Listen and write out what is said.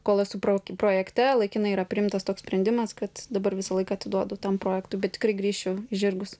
kol esu pro projekte laikinai yra priimtas toks sprendimas kad dabar visą laiką atiduodu tam projektui bet tikrai grįšiu į žirgus